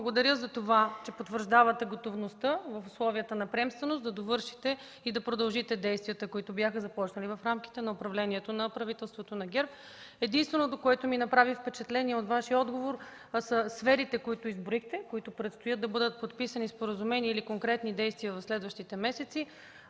Благодаря за това, че потвърждавате готовността в условията на приемственост да довършите и да продължите действията, които бяха започнали в рамките на управлението на правителството на ГЕРБ. Единственото, което ми направи впечатление от Вашия отговор, са сферите, които изброихте, по които предстоят да бъдат подписани споразумения или конкретни действия в следващите месеци